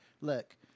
look